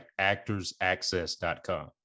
ActorsAccess.com